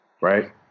Right